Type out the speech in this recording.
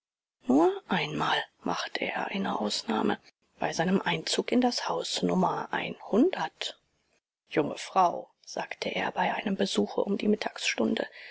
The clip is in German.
nur einmal machte er eine ausnahme bei seinem einzug in das haus nr junge frau sagte er bei einem besuche um die mittagsstunde